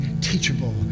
teachable